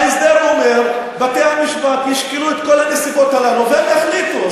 ההסדר אומר: בתי-המשפט ישקלו את כל הנסיבות הללו והם יחליטו.